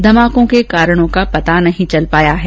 धमाकों के कारणों का पता नहीं चल पाया है